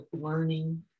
learning